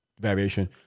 variation